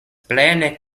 plene